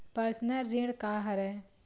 Personal ऋण का हरय?